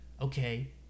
Okay